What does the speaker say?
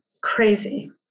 crazy